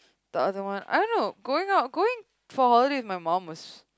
the other one I don't know going out going for holidays with my mum was